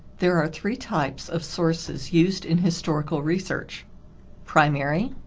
there are three types of sources used in historical research primary,